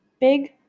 Big